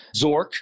Zork